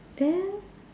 then